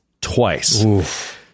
twice